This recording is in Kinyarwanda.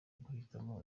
guhitamo